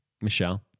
Michelle